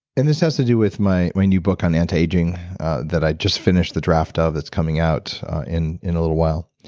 and this has to do with my my new book on anti-aging that i just finished the draft ah of, it's coming out in in a little while.